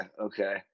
okay